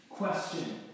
question